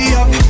up